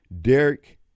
Derek